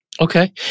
Okay